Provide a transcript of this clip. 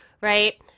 right